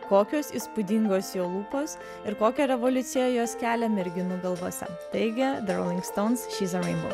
kokios įspūdingos jo lūpos ir kokią revoliuciją jos kelia merginų galvose taigi the roling stones shes a rainbow